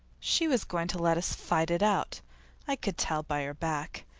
she was going to let us fight it out i could tell by her back,